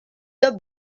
the